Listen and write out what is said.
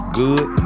good